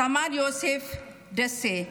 סמל יוסף דסה,